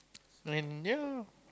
and ya